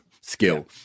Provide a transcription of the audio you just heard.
skill